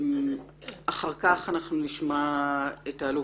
אחרי דברי יוסי ביינהורן אנחנו נשמע את האלוף